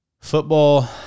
Football